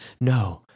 No